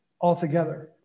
altogether